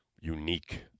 unique